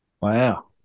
Wow